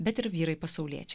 bet ir vyrai pasauliečiai